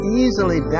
easily